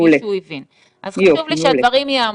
אז חשוב לי שהדברים ייאמרו.